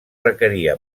requeria